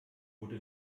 wurde